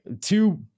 two